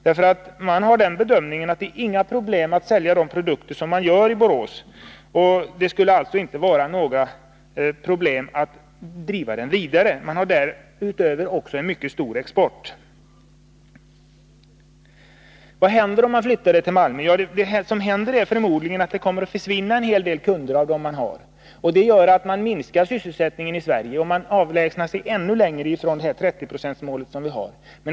De gör den bedömningen att det inte är några problem att sälja de produkter som tillverkas i Borås. Det skulle alltså inte vara några problem att driva fabriken vidare. Därutöver har man också en mycket stor export. Vad händer om man flyttar tillverkningen till Malmö? Förmodligen kommer en hel del kunder som man har i dag att försvinna. Det gör att man minskar sysselsättningen i Sverige och att man avlägsnar sig ännu längre från det 30-procentsmål vi har.